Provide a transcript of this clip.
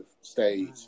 stage